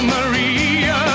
Maria